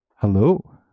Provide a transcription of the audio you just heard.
Hello